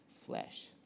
flesh